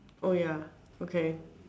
oh ya okay